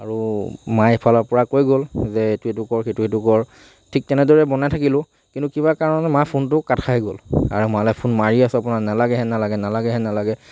আৰু মায়ে ইফালৰ পৰা কৈ গ'ল যে এইটো এইটো কৰ সেইটো সেইটো কৰ ঠিক তেনেদৰে বনাই থাকিলোঁ কিন্তু কিবা কাৰণত মাৰ ফোনটো কাট খাই গ'ল আৰু মালে ফোন আপোনাৰ মাৰি আছো আপোনাৰ নেলাগে হে নেলাগে নেলাগে হে নেলাগে